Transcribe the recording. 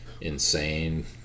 insane